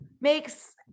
makes